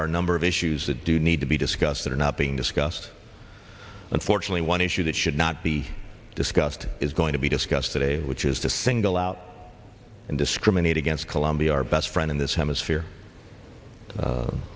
are a number of issues that do need to be discussed that are not being discussed and fortunately one issue that should not be discussed is going to be discussed today which is to single out and discriminate against colombia our best friend in this hemisphere